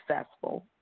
successful